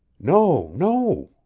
no, no.